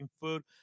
food